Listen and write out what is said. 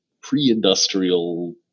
Pre-industrial